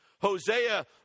Hosea